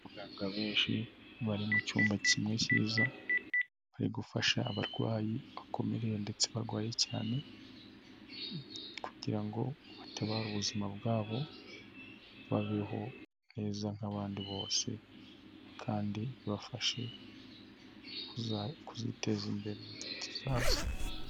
Bari mucyumba kimwe cyiza bari gufasha abarwayi bakomerewe ndetse barwaye cyane kugira ngo batabare ubuzima bwabo, babeho neza nk'abandi bose kandi bafashe kuziteza imbere mu igihe kizaza.